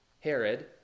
Herod